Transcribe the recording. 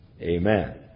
Amen